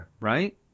Right